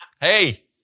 Hey